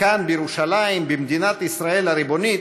כאן בירושלים, במדינת ישראל הריבונית,